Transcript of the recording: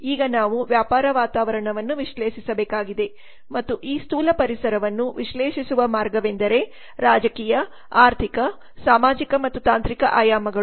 ಈಗ ನಾವು ವ್ಯಾಪಾರ ವಾತಾವರಣವನ್ನು ವಿಶ್ಲೇಷಿಸಬೇಕಾಗಿದೆ ಮತ್ತು ಈ ಸ್ಥೂಲ ಪರಿಸರವನ್ನು ವಿಶ್ಲೇಷಿಸುವ ಮಾರ್ಗವೆಂದರೆ ರಾಜಕೀಯ ಆರ್ಥಿಕ ಸಾಮಾಜಿಕ ಮತ್ತು ತಾಂತ್ರಿಕ ಆಯಾಮಗಳು